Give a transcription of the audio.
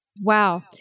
Wow